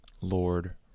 Lord